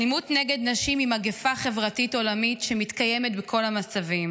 אלימות נגד נשים היא מגפה חברתית עולמית שמתקיימת בכל המצבים: